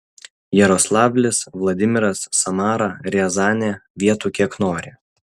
jaroslavlis vladimiras samara riazanė vietų kiek nori